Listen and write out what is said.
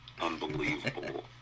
unbelievable